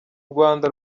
rwanda